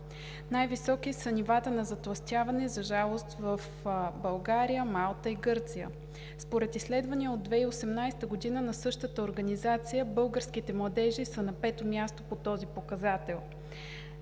Най-високи са нивата на затлъстяване, за съжаление, в България, Малта и Гърция. Според изследвания от 2018 г. на същата организация българските младежи са на пето място по този показател